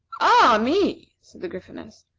ah, me! said the gryphoness.